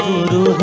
Guru